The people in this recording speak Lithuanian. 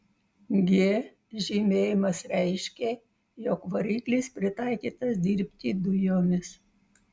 g žymėjimas reiškė jog variklis pritaikytas dirbti dujomis